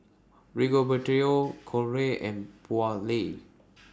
Rigoberto Colie and Beaulah